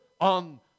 on